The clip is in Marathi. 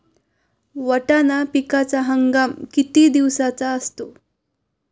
वाटाणा पिकाचा हंगाम किती दिवसांचा असतो?